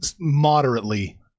moderately